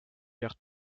garde